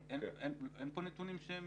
אין פה נתונים?